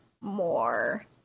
more